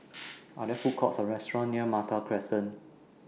Are There Food Courts Or restaurants near Malta Crescent